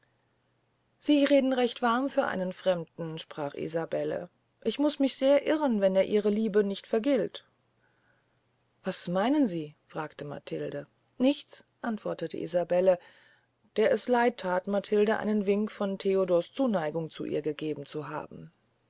sie reden recht warm für einen fremden sprach isabelle ich muß mich sehr irren wenn er ihre liebe nicht vergilt was meinen sie fragte matilde nichts antwortete isabelle der es leid that matilden einen wink von theodors zuneigung zu ihr gegeben zu haben